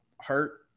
hurt